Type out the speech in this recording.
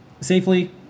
safely